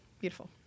Beautiful